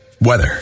weather